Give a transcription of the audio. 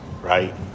right